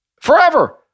Forever